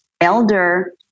elder